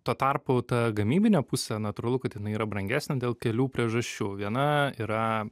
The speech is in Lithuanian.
tuo tarpu ta gamybinė pusė natūralu kad jinai yra brangesnė dėl kelių priežasčių viena yra